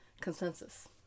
consensus